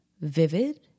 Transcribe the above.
vivid